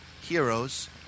heroes –